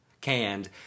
Canned